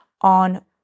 on